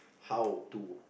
how to